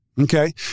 Okay